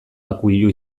akuilu